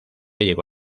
llegó